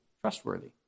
Trustworthy